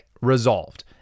resolved